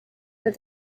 with